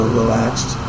relaxed